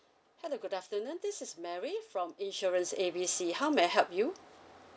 hello good afternoon this is mary from insurance A B C how may I help you